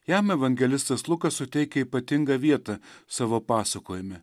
jam evangelistas lukas suteikia ypatingą vietą savo pasakojime